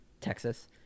texas